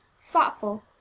thoughtful